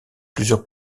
plusieurs